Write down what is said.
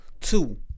Two